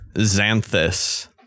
Xanthus